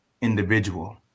individual